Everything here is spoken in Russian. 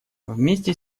вместе